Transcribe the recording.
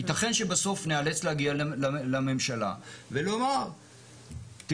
יתכן שבסוף ניאלץ להגיע לממשלה ולומר תראו,